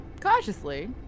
cautiously